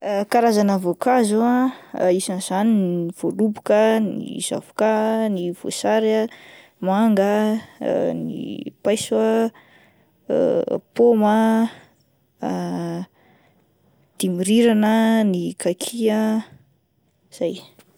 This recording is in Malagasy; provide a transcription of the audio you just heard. Karazana voankazo ah isani'zany ny voaloboka, ny zavoka, ny voasary, ny manga, ny paiso ah, pôma ah, dimy rirana ah, ny kaky ah, izay.